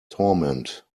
torment